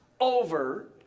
over